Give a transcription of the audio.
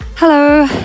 Hello